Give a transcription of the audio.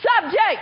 subject